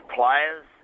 players